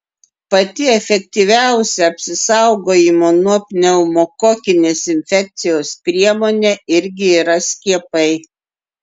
pati efektyviausia apsisaugojimo nuo pneumokokinės infekcijos priemonė irgi yra skiepai